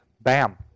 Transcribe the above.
Bam